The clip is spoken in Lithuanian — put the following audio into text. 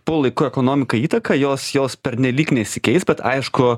tuo laiku ekonomikai įtaką jos jos pernelyg nesikeis bet aišku